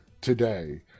today